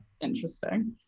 interesting